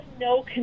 no